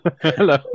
Hello